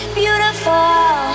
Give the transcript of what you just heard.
beautiful